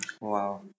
wow